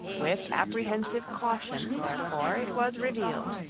with apprehensive caution therefore it was revealed,